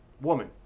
woman